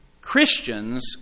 Christians